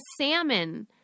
salmon